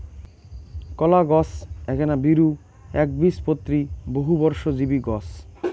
কলাগছ এ্যাকনা বীরু, এ্যাকবীজপত্রী, বহুবর্ষজীবী গছ